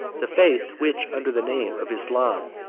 the faith which, under the name of islam,